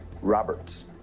roberts